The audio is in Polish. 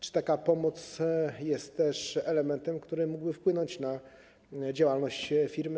Czy taka pomoc jest elementem, który mógłby wpłynąć na działalność firmy?